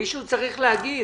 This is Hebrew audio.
מישהו צריך להגיד.